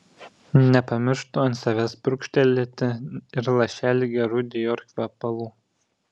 nepamirštu ant savęs purkštelėti ir lašelį gerų dior kvepalų